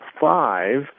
five